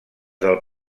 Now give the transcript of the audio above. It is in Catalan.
del